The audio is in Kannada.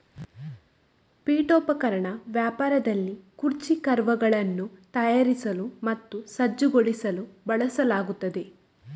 ಪೀಠೋಪಕರಣ ವ್ಯಾಪಾರದಲ್ಲಿ ಕುರ್ಚಿ ಕವರ್ಗಳನ್ನು ತಯಾರಿಸಲು ಮತ್ತು ಸಜ್ಜುಗೊಳಿಸಲು ಬಳಸಲಾಗುತ್ತದೆ